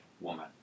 woman